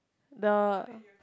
the